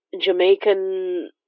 Jamaican